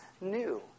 new